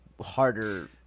harder